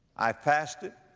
i fasted,